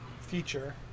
feature